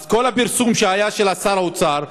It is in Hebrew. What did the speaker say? אז כל הפרסום שהיה של שר האוצר,